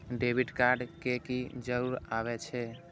Debit card के की जरूर आवे छै?